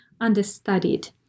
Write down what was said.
understudied